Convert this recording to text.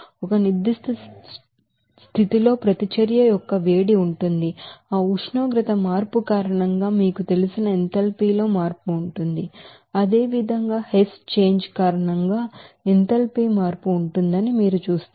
ఒక standard condition లో heat of reaction ఉంటుంది ఆ టెంపరేచర్ చేంజ్ కారణంగా మీకు తెలిసిన ఎంథాల్పీ లో చేంజ్ ఉంటుంది అదేవిధంగా హెస్ చేంజ్ కారణంగా ఎంథాల్పీ చేంజ్ ఉంటుందని మీరు చూస్తారు